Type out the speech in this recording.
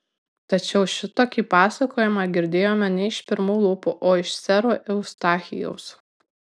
tačiau šitokį pasakojimą girdėjome ne iš pirmų lūpų o iš sero eustachijaus